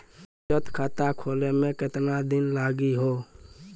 बचत खाता खोले मे केतना दिन लागि हो?